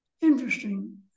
interesting